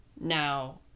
now